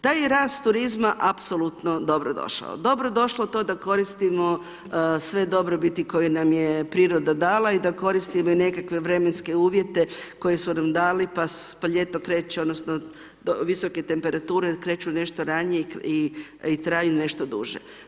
Taj rast turizma apsolutno dobro došao, dobro došlo to da koristimo sve dobrobiti koje nam je priroda dala i da koristimo i nekakve vremenske uvjete koji su nam dali pa ljeto kreće odnosno visoke temperature kreću nešto ranije i traju nešto duže.